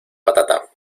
patata